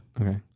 Okay